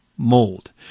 mold